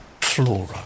Flora